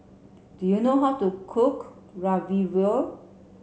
do you know how to cook Ravioli